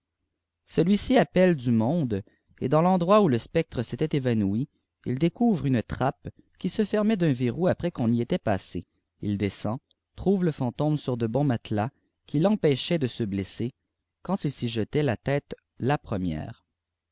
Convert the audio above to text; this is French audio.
celui-ci appelle du monde et dans f endroit où le ectne s'était évanoui il découvre une tmppe qui se fermait d'un verrou après qu'on y était passé a descend trouve le fantôme sur de bons thatebeis qui l'empêchaient de se blesser quand il s'y jetait k tète la première